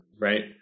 Right